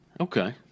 Okay